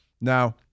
Now